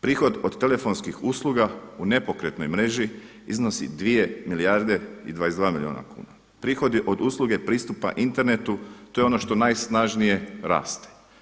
Prihod od telefonskih usluga u nepokretnoj mreži iznosi 2 milijarde i 22 milijuna kuna, prihodi od usluge pristupa internetu to je ono što najsnažnije raste.